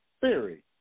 theory